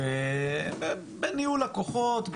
ובניהול הכוחות,